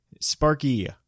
Sparky